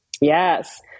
yes